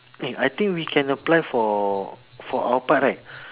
eh I think we can apply for for our part right